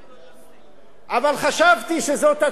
חשבתי שזאת הצעת חוק ערכית,